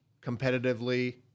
competitively